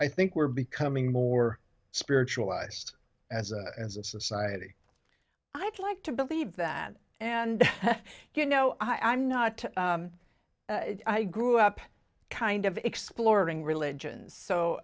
i think we're becoming more spiritualized as a as a society i'd like to believe that and you know i'm not i grew up kind of exploring religions so